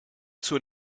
zur